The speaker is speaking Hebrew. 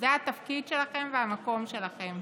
זה התפקיד שלכם והמקום שלכם,